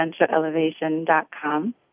essentialelevation.com